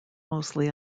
mostly